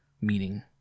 meaning